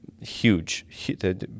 huge